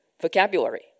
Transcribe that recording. vocabulary